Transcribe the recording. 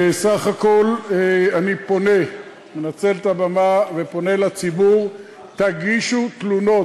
בסך הכול אני מנצל את הבמה ופונה לציבור: תגישו תלונות,